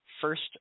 first